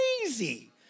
crazy